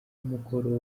umukoro